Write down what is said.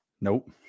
Nope